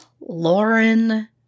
Lauren